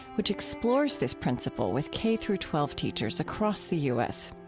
which explores this principle with k through twelve teachers across the u s.